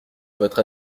votre